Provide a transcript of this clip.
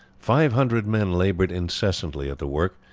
five hundred men laboured incessantly at the work.